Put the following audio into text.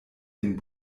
den